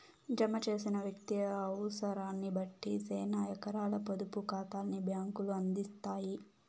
జమ చేసిన వ్యక్తి అవుసరాన్నిబట్టి సేనా రకాల పొదుపు కాతాల్ని బ్యాంకులు అందిత్తాయి